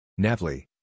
Navli